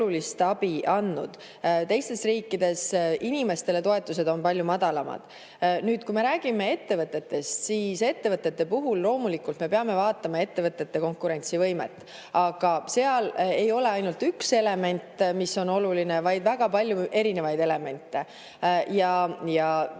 Teistes riikides on inimestele makstavad toetused palju madalamad. Kui me räägime ettevõtetest, siis ettevõtete puhul loomulikult me peame vaatama konkurentsivõimet. Aga seal ei ole ainult üks element, mis on oluline, vaid väga palju erinevaid elemente. Kui